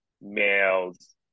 males